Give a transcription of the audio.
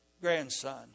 grandson